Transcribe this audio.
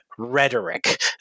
Rhetoric